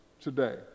today